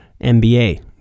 NBA